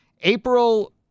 April –